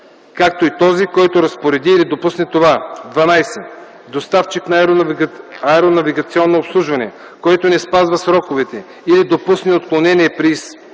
както и този, който разпореди или допусне това; 12. доставчик на аеронавигационно обслужване, който не спазва сроковете или допусне отклонение при изпълнение